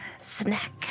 Snack